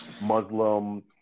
Muslim